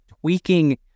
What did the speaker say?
tweaking